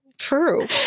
true